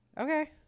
Okay